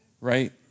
right